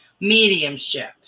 Mediumship